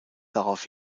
darauf